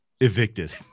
Evicted